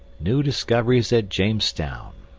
new discoveries at jamestown